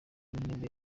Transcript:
w’intebe